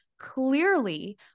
Clearly